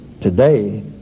today